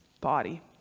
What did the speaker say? body